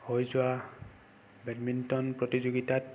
হৈ যোৱা বেডমিন্টন প্ৰতিযোগিতাত